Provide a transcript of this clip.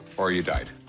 or you died.